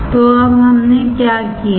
तो अब हमने क्या किया है